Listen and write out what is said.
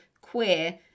queer